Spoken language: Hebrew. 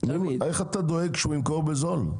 איך אתה דואג שהוא ימכור בזול.